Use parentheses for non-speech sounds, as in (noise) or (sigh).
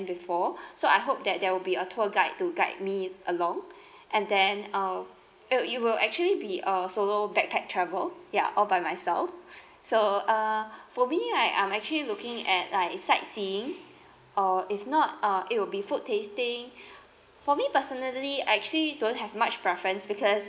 before (breath) so I hope that there will be a tour guide to guide me along and then I'll it'll it will actually be a solo backpack travel ya all by myself so uh for me right I'm actually looking at like sightseeing or if not uh it will be food tasting for me personally I actually don't have much preference because